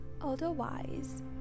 Otherwise